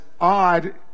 odd